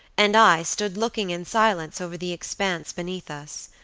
and i, stood looking in silence over the expanse beneath us.